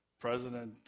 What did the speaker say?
President